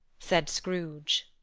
said scrooge,